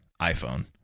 iPhone